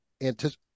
anticipate